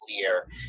clear